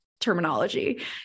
terminology